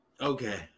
Okay